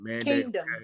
Kingdom